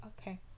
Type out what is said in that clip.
Okay